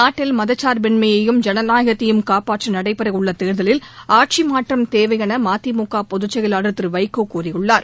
நாட்டில் மதர்ச்சார்பின்மையயும் ஜனநாயகத்தையும் காப்பாற்ற நடைபெற உள்ள தேர்தலில் ஆட்சி மாற்றம் தேவை என மதிமுக பொதுச் செயலாளர் திரு வைகோ கூறியுள்ளார்